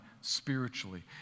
spiritually